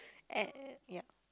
eh yup